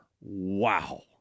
Wow